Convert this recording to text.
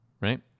right